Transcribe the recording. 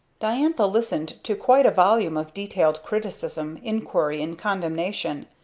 diantha listened to quite a volume of detailed criticism, inquiry and condemnation,